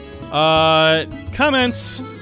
comments